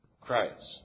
Christ